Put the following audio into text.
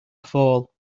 fall